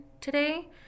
today